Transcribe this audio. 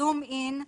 Zoom In,